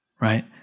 right